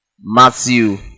Matthew